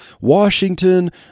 Washington